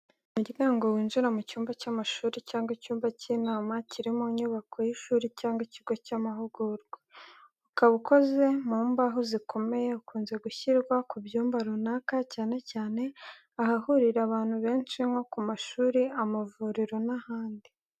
Umuryango winjira mu cyumba cy’amashuri cyangwa icyumba cy’inama kiri mu nyubako y’ishuri cyangwa ikigo cy’amahugurwa. Ukaba ukoze mu mbaho zikomeye ukunze gushyirwa ku byumba runaka cyane cyane ahahurira abantu benshi nko ku mashuri, amavuriro n'ahandi.